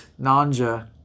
Nanja